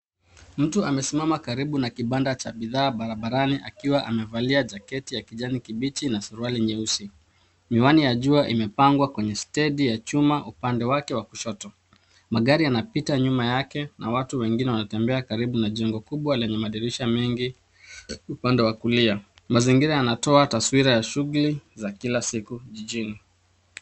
Mtu amesimama karibu na kibanda cha bidhaa barabarani akiwa amevalia jaketi ya kijani kibichi na suruali nyeusi. Miwani ya jua imepangwa kwenye stendi ya chuma upande wake wa kushoto. Magari yanapita nyuma yake na watu wengine wanatembea karibu na jengo kubwa lenye madirisha mengi upande wa kulia. Mazingira yanatoa taswira ya shughuli za kila siku jijini.